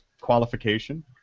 qualification